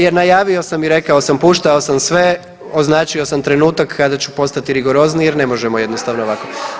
Jer najavio sam i rekao sam, puštao sam sve, označio sam trenutak kada ću postati rigorozniji jer ne možemo jednostavno ovako.